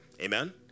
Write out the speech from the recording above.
amen